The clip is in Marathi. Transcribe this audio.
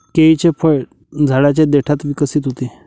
केळीचे फळ झाडाच्या देठात विकसित होते